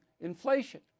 inflation